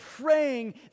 praying